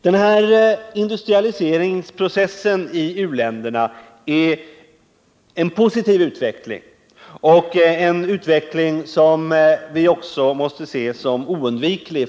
Den här industrialiseringsprocessen i u-länderna är en positiv utveckling och en utveckling som vi också måste se som oundviklig.